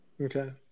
Okay